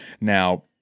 Now